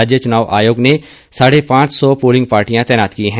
राज्य चुनाव आयोग ने साढ़े पांच सौ पोलिंग पार्टियां तैनात की हैं